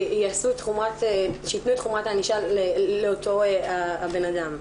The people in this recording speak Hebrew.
ושיתנו את חומרת הענישה לאותו בן אדם.